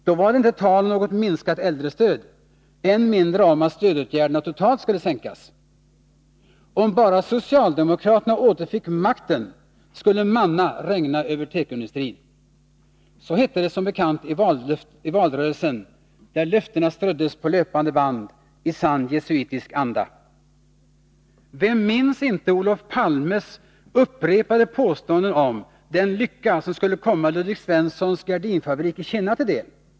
Då var det inte tal om något minskat äldrestöd, än mindre om att stödåtgärderna totalt skulle sänkas. Om bara socialdemokraterna återfick makten, skulle manna regna över tekoindustrin. Så hette det som bekant i valrörelsen, där löftena ströddes på löpande band i sann jesuitisk anda. Vem minns inte Olof Palmes upprepade påståenden om den lycka som skulle komma Ludvig Svenssons gardinfabrik i Kinna till del.